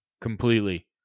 Completely